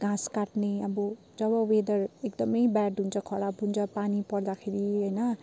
घाँस काट्ने अब जब वेदर एकदमै ब्याड हुन्छ खराब हुन्छ पानी पर्दाखेरि होइन